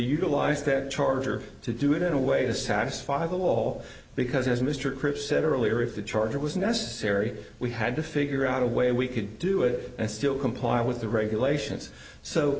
utilize that charge or to do it in a way to satisfy the wall because as mr cripps said earlier if the charger was necessary we had to figure out a way we could do it and still comply with the regulations so